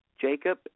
Jacob